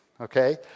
Okay